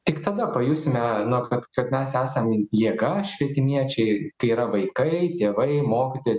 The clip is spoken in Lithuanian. tik tada pajusime kad kad mes esam jėga švietimiečiai kai yra vaikai tėvai mokytojai